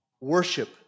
Worship